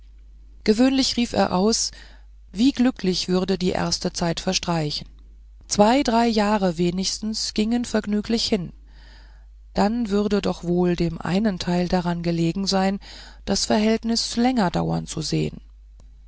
gewöhnlich rief er aus wie glücklich würde die erste zeit verstreichen zwei drei jahre wenigstens gingen vergnüglich hin dann würde doch wohl dem einen teil daran gelegen sein das verhältnis länger dauern zu sehen